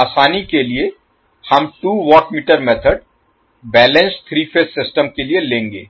आसानी के लिए हम 2 watt metre method balanced 3 phase system के लिए लेंगे